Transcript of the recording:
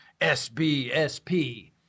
SBSP